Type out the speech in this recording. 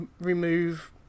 Remove